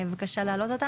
שלום לך,